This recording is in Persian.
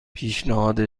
پیشنهاد